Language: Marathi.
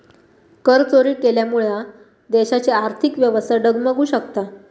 करचोरी केल्यामुळा देशाची आर्थिक व्यवस्था डगमगु शकता